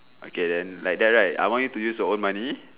okay then like that right I want you to use your own money